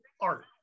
art